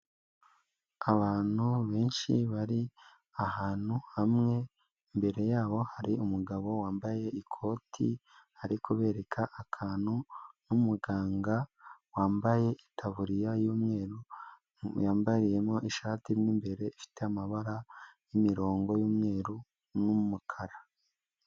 Abantu benshi bari ahantu hamwe imbere yabo hari umugabo wambaye ikoti ari kubereka akantu n'umuganga wambaye itaburiya y'umweru yambariyemo ishati mu imbere ifite amabara y'imirongo y'umweru n'umukara.